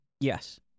Yes